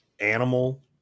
animal